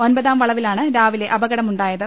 ഒൻപതാം വളവിലാണ് രാവിലെ അപകടമുണ്ടായത്